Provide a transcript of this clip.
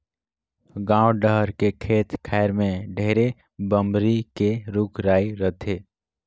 गाँव डहर के खेत खायर में ढेरे बमरी के रूख राई रथे